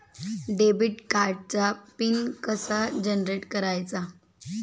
Debit कार्डचा pin कसा generate करायचा?